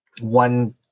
One